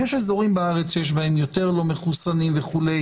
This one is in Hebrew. יש אזורים בארץ שיש בהם יותר לא מחוסנים וכו',